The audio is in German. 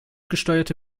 gesteuerte